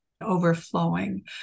overflowing